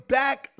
back